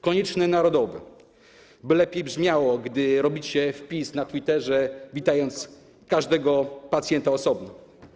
Koniecznie narodowe, by lepiej brzmiało, kiedy dokonujecie wpisu na Twitterze, witając każdego pacjenta osobno.